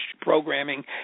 programming